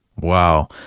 Wow